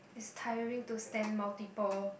it's tiring to stamp multiple